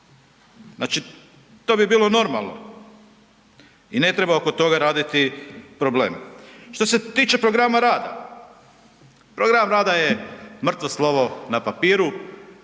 Znači to bi bilo normalno i ne treba oko toga raditi probleme. Što se tiče programa rada, program rada je mrtvo slovo na papiru,